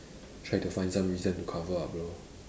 try to find some reason to cover up lor